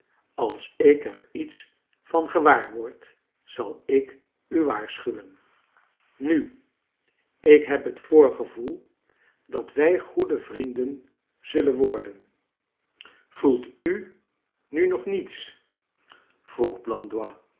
als ik er iets van gewaar word zal ik u waaxschuwen nu ik heb het voorgevoel dat wij goede vrienden zullen worden voelt u mi nog niets vroeg